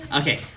Okay